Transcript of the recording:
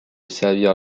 servir